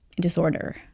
disorder